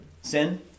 Sin